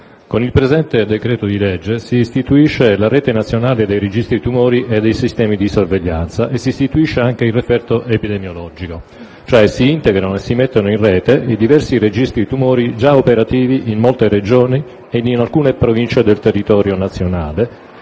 con il presente disegno di legge si istituisce la Rete nazionale dei registri tumori e dei sistemi di sorveglianza e si istituisce anche il referto epidemiologico, cioè si integrano e si mettono in rete i diversi registri rumori già operativi in molte Regioni e in alcune Province del territorio nazionale,